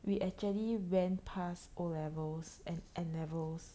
we actually went past O levels and N levels